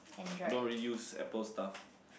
I don't really use apple stuff